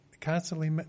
constantly